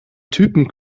typen